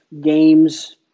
games